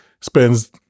spends